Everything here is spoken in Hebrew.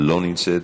לא נמצאת.